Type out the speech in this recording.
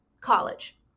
college